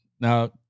Now